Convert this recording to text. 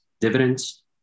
dividends